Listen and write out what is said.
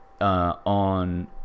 on